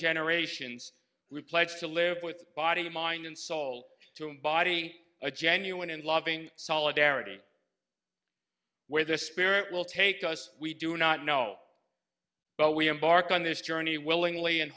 generations we pledge to live with body mind and soul to embody a genuine and loving solidarity where this spirit will take us we do not know but we embark on this journey willingly